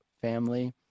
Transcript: family